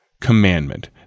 commandment